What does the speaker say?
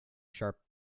sharp